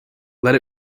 let